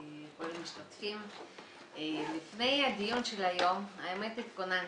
כל המשתתפים, לפני הדיון של היום התכוננתי.